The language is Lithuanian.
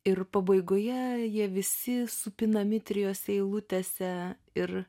ir pabaigoje jie visi supinami trijose eilutėse ir